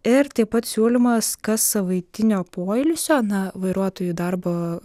ir taip pat siūlymas kassavaitinio poilsio na vairuotojų darbo